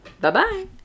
Bye-bye